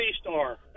star